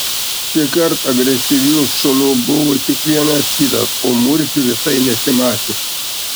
šįkart agresyvių šunų buvo tik vienas kitas o murzių visai nesimatė